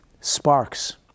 sparks